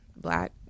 black